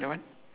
K